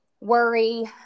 worry